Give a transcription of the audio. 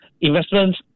investments